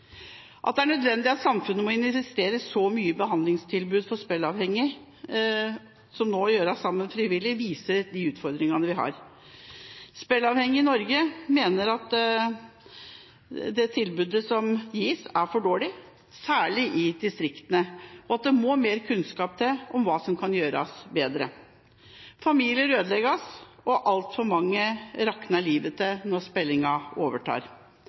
At det er nødvendig at samfunnet må investere i så mange behandlingstilbud for spilleavhengige som det nå gjøres – sammen med frivillige – viser utfordringene vi har. Spilleavhengige i Norge mener at det tilbudet som gis, er for dårlig, særlig i distriktene, og at det må mer kunnskap til om hva som kan gjøres bedre. Familier ødelegges, og for altfor mange rakner livet når spillingen overtar.